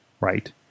right